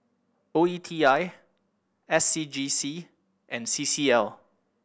O E T I S C G C and C C L